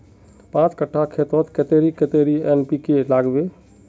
पाँच कट्ठा खेतोत कतेरी कतेरी एन.पी.के के लागबे?